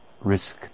risk